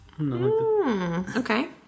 Okay